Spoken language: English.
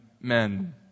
men